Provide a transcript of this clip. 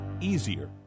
easier